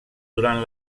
durant